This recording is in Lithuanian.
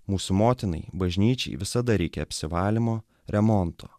mūsų motinai bažnyčiai visada reikia apsivalymo remonto